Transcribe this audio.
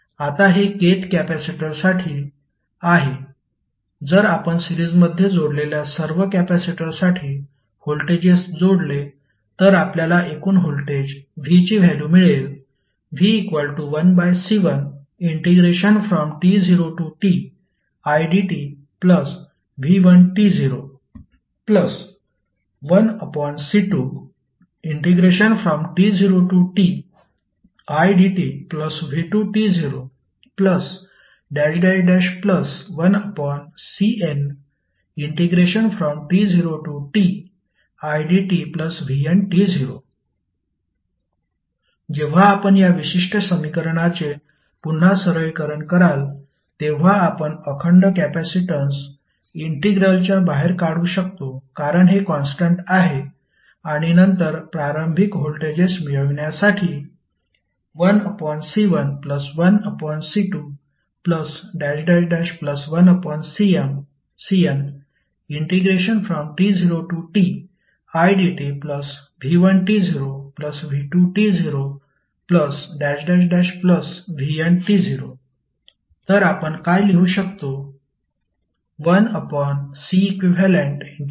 आता हे kth कॅपेसिटरसाठी आहे जर आपण सिरीजमध्ये जोडलेल्या सर्व कॅपेसिटरसाठी व्होल्टेजेस जोडले तर आपल्याला एकूण व्होल्टेज v ची व्हॅल्यु मिळेल v1C1t0tidtv11C2t0tidtv21Cnt0tidtvn जेव्हा आपण या विशिष्ट समीकरणाचे पुन्हा सरळीकरण कराल तेव्हा आपण अखंड कपॅसिटन्स इंटिग्रलच्या बाहेर काढू शकतो कारण हे कॉन्स्टन्ट आहे आणि नंतर प्रारंभिक व्होल्टेजेस मिळविण्यासाठी 1C11C21Cnt0tidtv1t0v2t0vnt0 तर आपण काय लिहू शकतो